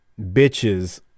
bitches